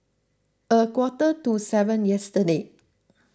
a quarter to seven yesterday